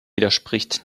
widerspricht